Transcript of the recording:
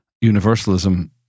universalism